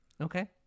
Okay